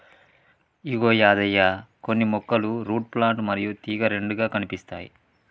ఇగో యాదయ్య కొన్ని మొక్కలు root plant మరియు తీగ రెండుగా కనిపిస్తాయి